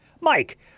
mike